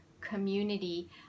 community